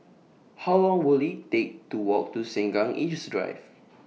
How Long Will IT Take to Walk to Sengkang East Drive